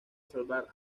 salvar